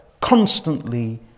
constantly